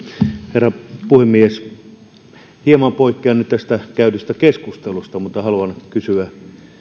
herra puhemies hieman poikkean nyt tästä käydystä keskustelusta mutta haluan kysyä